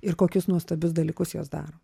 ir kokius nuostabius dalykus jos daro